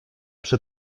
przy